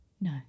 No